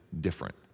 different